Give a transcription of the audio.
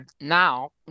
now